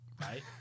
right